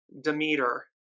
Demeter